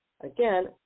again